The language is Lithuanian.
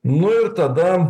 nu ir tada